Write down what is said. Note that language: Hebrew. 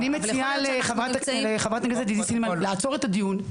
אני מציעה לחברת הכנסת עידית סילמן לעצור את הדיון,